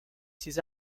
ses